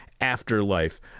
Afterlife